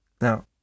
Now